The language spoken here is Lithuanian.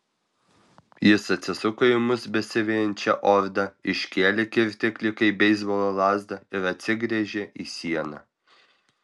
jis atsisuko į mus besivejančią ordą iškėlė kirtiklį kaip beisbolo lazdą ir atsigręžė į sieną